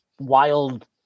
wild